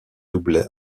doublet